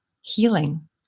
healing